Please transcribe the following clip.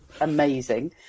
amazing